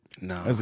No